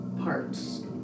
parts